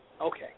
Okay